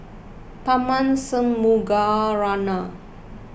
Tharman Shanmugaratnam